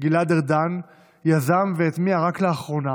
גלעד ארדן יזם והטמיע רק לאחרונה